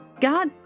God